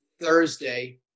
Thursday